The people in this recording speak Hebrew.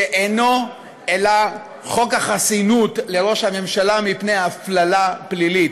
שאינו אלא חוק חסינות לראש הממשלה מפני הפללה פלילית.